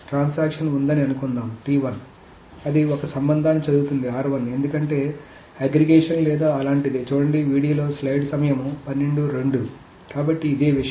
transaction ఉందని అనుకుందాం అది ఒక సంబంధాన్ని చదువుతోంది ఎందుకంటే అగ్రిగేషన్ లేదా అలాంటిదే చూడండి వీడియో లో స్లయిడ్ సమయం 1202 కాబట్టి ఇదే విషయం